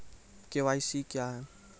KYC क्या हैं?